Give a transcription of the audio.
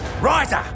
riser